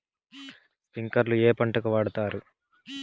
స్ప్రింక్లర్లు ఏ పంటలకు వాడుతారు?